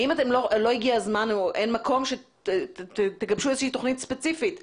האם לא הגיע הזמן או אין מקום שתגבשו איזושהי תוכנית ספציפית ומיוחדת?